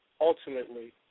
ultimately